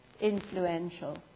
influential